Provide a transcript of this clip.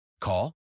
Call